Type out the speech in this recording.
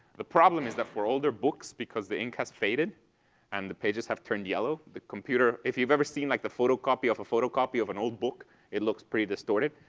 the problem is that for older books, because the ink has faded and the pages have turned yellow, the computer if you've ever seen, like, the photocopy of a photocopy of an old book it looks pretty distorted.